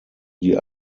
die